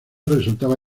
resultaba